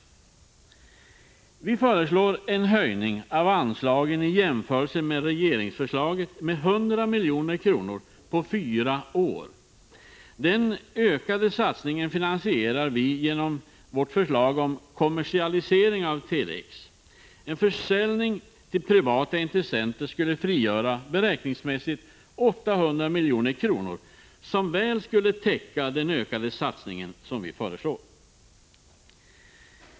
Vi moderater föreslår en höjning av anslaget jämfört med regeringsförslaget med 100 milj.kr. på fyra år. Den ökade satsningen finansierar vi genom vårt förslag om kommersialisering av Tele-X. En försäljning till privata intressenter skulle enligt gjorda beräkningar frigöra 800 milj.kr., ett belopp som väl skulle täcka den ökade satsning som vi föreslår.